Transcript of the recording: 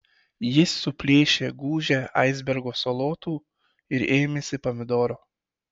jis suplėšė gūžę aisbergo salotų ir ėmėsi pomidoro